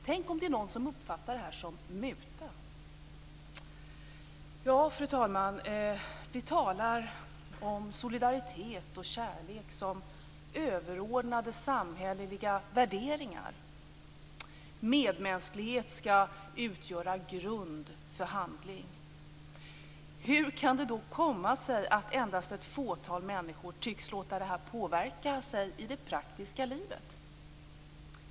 Tänk om någon uppfattar detta som muta! Vi talar om solidaritet och kärlek som överordnade samhälleliga värderingar. Medmänsklighet skall utgöra en grund för handling. Hur kan det då komma sig att endast ett fåtal människor tycks låta sig påverkas av detta i det praktiska livet?